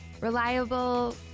reliable